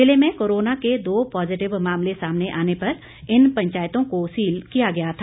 जिले में कोरोना के दो पॉजिटिव मामले सामने आने पर इन पंचायतों को सील किया गया था